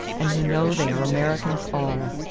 and who know they are americans all.